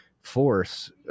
force